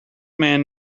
man